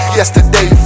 yesterday